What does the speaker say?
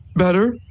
better?